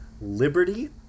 Liberty